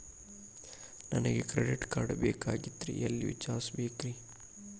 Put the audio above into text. ನನಗೆ credit card ಬೇಕಾಗಿತ್ರಿ ಎಲ್ಲಿ ವಿಚಾರಿಸಬೇಕ್ರಿ?